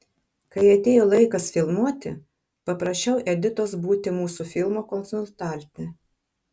kai atėjo laikas filmuoti paprašiau editos būti mūsų filmo konsultante